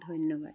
ধন্যবাদ